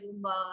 Zumba